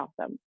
awesome